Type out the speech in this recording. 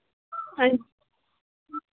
हं